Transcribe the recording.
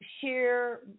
share